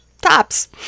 tops